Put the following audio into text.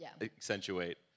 accentuate